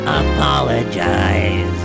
apologize